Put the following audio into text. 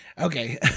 Okay